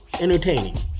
entertaining